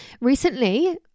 Recently